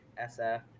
SF